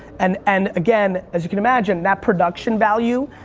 and and, again, as you can imagine that production value,